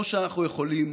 או שאנחנו יכולים